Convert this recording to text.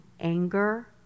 anger